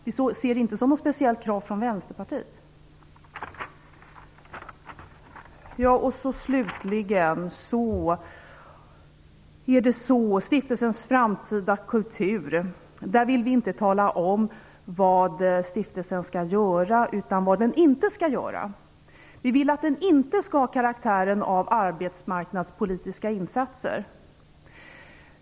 Vi ser det inte som något speciellt krav från Slutligen vill jag ta upp Stiftelsen Framtidens kultur. Vi vill inte tala om vad stiftelsen skall göra, utan vad den inte skall göra. Vi vill att den inte skall ha karaktären av arbetsmarknadspolitiska insatser.